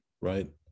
right